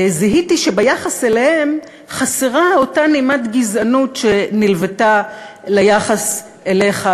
זיהיתי שביחס אליהם חסרה אותה נימת גזענות שנלוותה ליחס אליך,